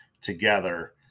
together